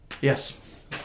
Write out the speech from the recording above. Yes